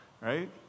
right